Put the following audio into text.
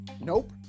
Nope